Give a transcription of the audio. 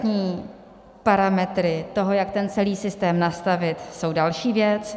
Konkrétní parametry toho, jak ten celý systém nastavit, jsou další věc.